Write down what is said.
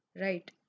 right